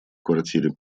квартире